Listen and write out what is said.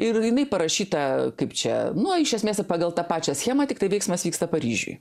ir jinai parašyta kaip čia nu iš esmės pagal tą pačią schemą tiktai veiksmas vyksta paryžiuj